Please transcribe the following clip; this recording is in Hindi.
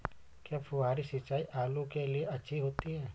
क्या फुहारी सिंचाई आलू के लिए अच्छी होती है?